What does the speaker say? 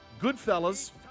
Goodfellas